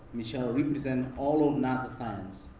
michelle represents all of nasa science,